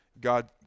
God